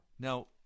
Now